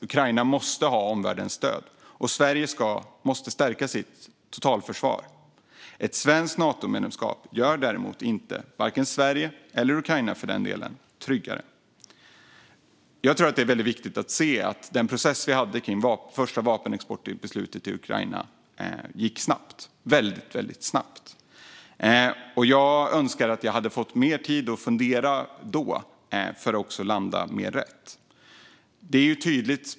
Ukraina måste ha omvärldens stöd. Sverige måste stärka sitt totalförsvar. Ett svenskt Natomedlemskap gör däremot inte vare sig Sverige eller Ukraina tryggare. Det är viktigt att se att den process vi hade inför det första vapenexportbeslutet till Ukraina gick väldigt snabbt. Jag önskar att jag hade haft mer tid att fundera då för att landa mer rätt.